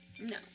No